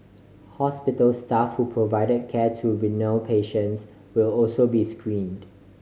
hospital staff who provided care to renal patients will also be screened